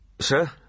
Sir